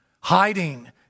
hiding